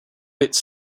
its